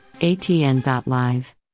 ATN.Live